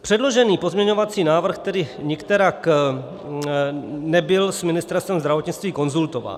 Předložený pozměňovací návrh tedy nikterak nebyl s Ministerstvem zdravotnictví konzultován.